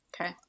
Okay